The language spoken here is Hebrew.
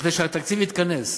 כדי שהתקציב יתכנס.